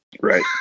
right